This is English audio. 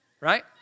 right